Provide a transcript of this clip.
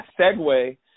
segue